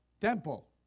temple